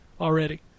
already